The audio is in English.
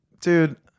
Dude